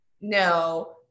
no